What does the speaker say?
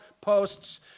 posts